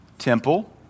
temple